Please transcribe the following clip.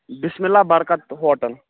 بِسمہِ اللہ بَرکَت ہوٹَل